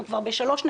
אנחנו כבר ב-3.7%.